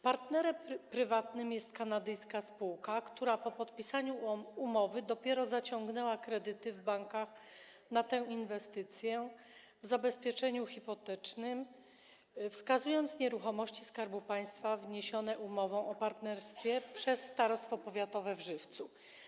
Partnerem prywatnym jest kanadyjska spółka, która dopiero po podpisaniu umowy zaciągnęła w bankach kredyty na tę inwestycję, jako zabezpieczenie hipoteczne wskazując nieruchomości Skarbu Państwa wniesione umową o partnerstwie przez Starostwo Powiatowe w Żywcu.